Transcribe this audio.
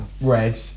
red